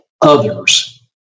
others